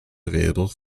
available